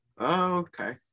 Okay